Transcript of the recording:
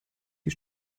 die